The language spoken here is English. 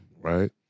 Right